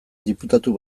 diputatu